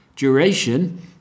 Duration